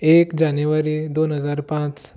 एक जानेवारी दोन हजार पांच